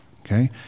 Okay